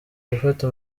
gufata